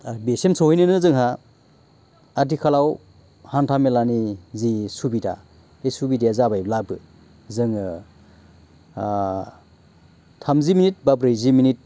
बिसिम सहैनोनो जोंहा आथिखालाव हान्था मेलानि जे सुबिदा बे सुबिदाया जाबायब्लाबो जोङो ओ थामजि मिनिट बा ब्रैजि मिनिट